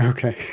Okay